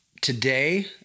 Today